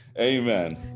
amen